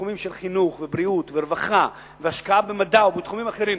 בתחומים של חינוך ובריאות ורווחה והשקעה במדע ובתחומים אחרים,